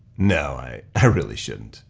no, i really shouldn't.